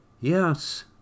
Yes